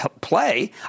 play